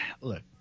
look